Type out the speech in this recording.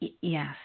yes